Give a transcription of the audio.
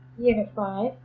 unified